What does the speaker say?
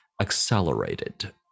accelerated